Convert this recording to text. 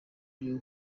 ryo